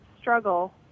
struggle